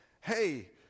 hey